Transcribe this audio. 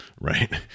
right